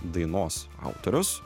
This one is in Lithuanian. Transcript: dainos autorius